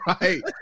right